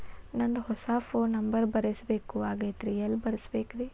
ನಂದ ಹೊಸಾ phone number ಬರಸಬೇಕ್ ಆಗೈತ್ರಿ ಎಲ್ಲೆ ಬರಸ್ಬೇಕ್ರಿ?